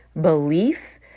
belief